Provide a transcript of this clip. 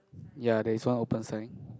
ya there is one open sign